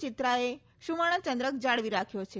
ચિત્રાએ સુવર્ણચંદ્રક જાળવી રાખ્યો છે